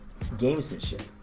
gamesmanship